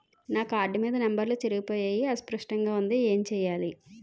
నా కార్డ్ మీద నంబర్లు చెరిగిపోయాయి అస్పష్టంగా వుంది ఏంటి చేయాలి?